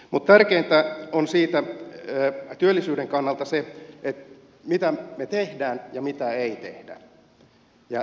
mutta tärkeintä on työllisyyden kannalta se mitä me teemme ja mitä emme tee